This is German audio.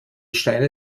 steine